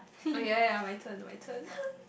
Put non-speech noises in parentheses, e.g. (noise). oh ya ya ya my turn my turn (laughs)